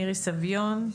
מירי סביון,